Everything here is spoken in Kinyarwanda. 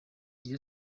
iyo